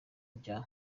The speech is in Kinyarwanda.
bya